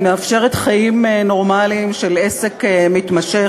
היא מאפשרת חיים נורמליים של עסק מתמשך,